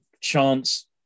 chance